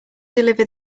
deliver